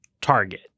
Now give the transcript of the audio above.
target